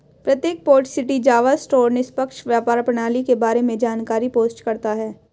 प्रत्येक port city Java store निष्पक्ष व्यापार प्रणाली के बारे में जानकारी पोस्ट करता है